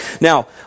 Now